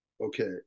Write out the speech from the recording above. Okay